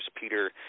Peter